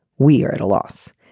we are at a loss.